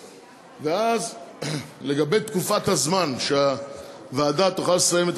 ואז לגבי תקופת הזמן שהוועדה תוכל לסיים את